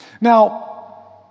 Now